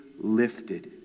lifted